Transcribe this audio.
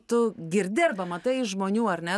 tu girdi arba matai žmonių ar ne